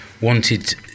Wanted